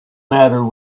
matter